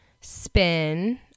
spin